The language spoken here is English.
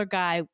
guy